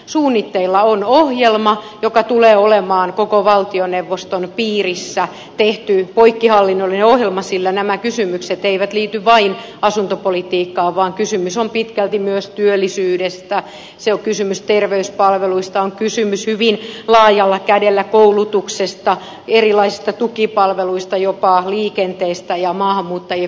suunnitteilla on ohjelma joka tulee olemaan koko valtioneuvoston piirissä tehty poikkihallinnollinen ohjelma sillä nämä kysymykset eivät liity vain asuntopolitiikkaan vaan kysymys on pitkälti myös työllisyydestä on kysymys terveyspalveluista on kysymys hyvin laajalla kädellä koulutuksesta erilaisista tukipalveluista jopa liikenteestä ja maahanmuuttajien kotiutumisesta